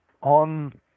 on